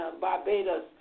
Barbados